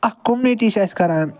اَکھ کوٚمنِٹی چھِ اَسہِ کَران